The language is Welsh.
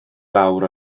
lawr